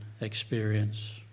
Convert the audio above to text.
experience